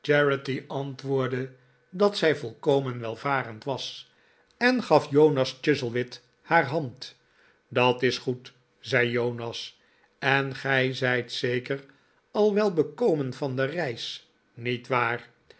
dat zij volkomen maarten chuzzlewit welvarend was en gaf jonas chuzzlewit haar hand dat is goed zei jonas r en gij zijt zeker al wel bekomen van de reis niet waar